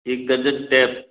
एक दर्जन टैप